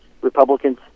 Republicans